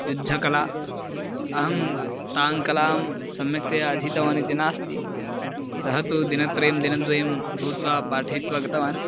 युद्धकला अहं तां कलां सम्यक्तया अधीतवान् इति नास्ति सः तु दिनत्रयं दिनद्वयं भूत्वा पाठयित्वा गतवान्